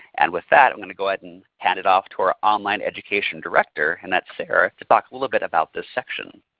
and with that i'm going to go ahead and hand it off to our online education director and that's sara to talk a little bit about this section.